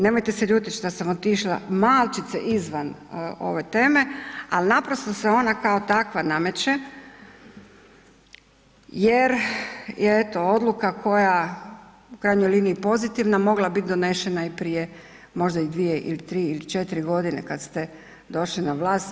Nemojte se ljutiti što sam otišla malčice izvan ove teme, ali naprosto se ona kao takva nameće jer je eto odluka koja je u krajnjoj liniji pozitivna mogla biti donešena i prije možda dvije, tri ili četiri godine kada ste došli na vlast.